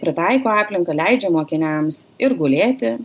pritaiko aplinką leidžia mokiniams ir gulėti